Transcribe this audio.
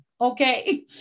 Okay